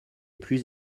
plus